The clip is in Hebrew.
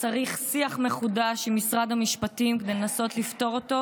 צריך שיח מחודש עם משרד המשפטים כדי לנסות לפתור אותו,